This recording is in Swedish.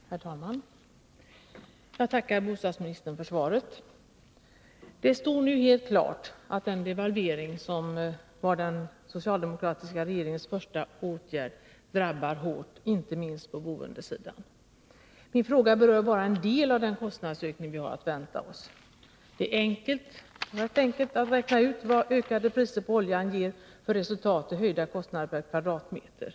Herr talman! Jag tackar bostadsministern för svaret. Det står helt klart att den devalvering som var den socialdemokratiska regeringens första åtgärd drabbar hårt, inte minst på boendesidan. Min fråga berör bara en del av den kostnadsökning vi har att vänta oss. Det är rätt enkelt att räkna ut vad ökade priser på oljan ger för resultat i höjda kostnader per kvadratmeter.